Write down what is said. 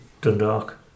Dundalk